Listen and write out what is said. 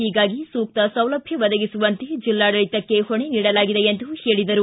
ಹೀಗಾಗಿ ಸೂಕ್ತ ಸೌಲಭ್ಯ ಒದಗಿಸುವಂತೆ ಜಿಲ್ಲಾಡಳಿತಕ್ಕೆ ಹೊಣೆ ನೀಡಲಾಗಿದೆ ಎಂದರು